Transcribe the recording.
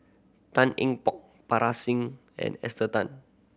Tan Eng Bock Parga Singh and Esther Tan